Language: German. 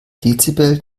dezibel